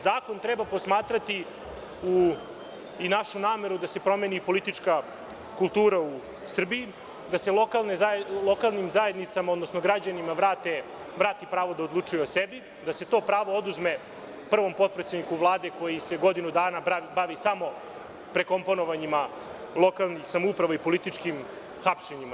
Zakon treba posmatrati i našu nameru da se promeni politička kultura u Srbiji, da se lokalnim zajednicama, odnosno građanima vrati pravo da odlučuju o sebi, da se to pravo oduzme prvom potpredsedniku Vlade koji se godinu dana bavi samo prekomonovanjima lokalnih samouprava i političkim hapšenjima.